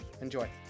Enjoy